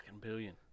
billion